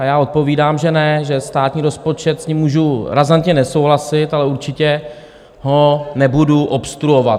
A já odpovídám, že ne, že státní rozpočet, s ním můžu razantně nesouhlasit, ale určitě ho nebudu obstruovat.